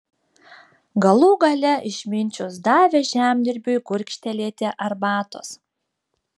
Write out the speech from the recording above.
galų gale išminčius davė žemdirbiui gurkštelėti arbatos